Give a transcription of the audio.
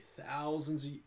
thousands